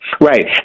Right